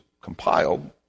compiled